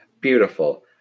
Beautiful